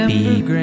Beep